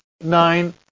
nine